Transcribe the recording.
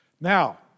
Now